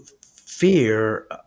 fear